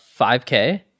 5k